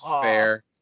fair